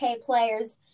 players